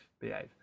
Behave